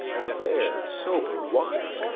fair, sober, wise,